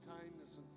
kindness